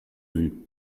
vue